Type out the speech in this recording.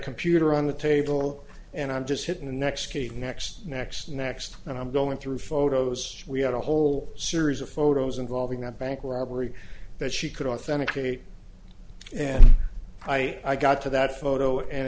computer on the table and i'm just hitting the next next next next and i'm going through photos we had a whole series of photos involving a bank robbery that she could authenticate and i got to that photo and